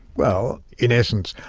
well in essence,